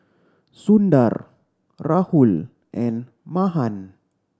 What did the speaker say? Sundar Rahul and Mahan